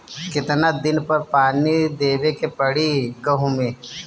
कितना दिन पर पानी देवे के पड़ी गहु में?